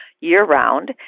year-round